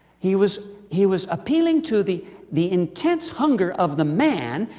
he was he was appealing to the the intense hunger of the man,